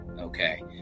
Okay